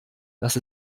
dass